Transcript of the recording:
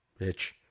Bitch